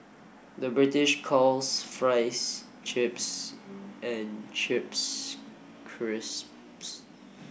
the British calls fries chips and chips crisps